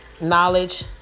knowledge